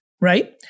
right